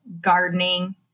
gardening